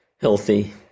healthy